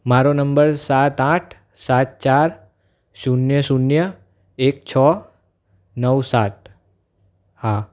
મારો નંબર સાત આઠ સાત ચાર શૂન્ય શૂન્ય એક છો નવ સાત હા